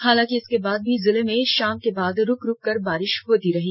हालांकि इसके बाद भी जिले में शाम के बाद रुक रुक कर बारिश होती रही